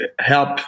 help